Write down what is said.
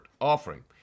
offering